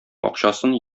акчасын